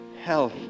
health